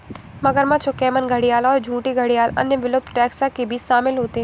मगरमच्छ और कैमन घड़ियाल और झूठे घड़ियाल अन्य विलुप्त टैक्सा के बीच शामिल होते हैं